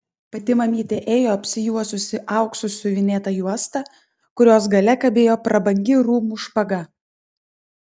pati mamytė ėjo apsijuosusi auksu siuvinėta juosta kurios gale kabėjo prabangi rūmų špaga